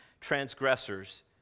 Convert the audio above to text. transgressors